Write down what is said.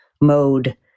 mode